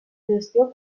gestió